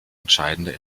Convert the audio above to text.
entscheidende